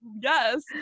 Yes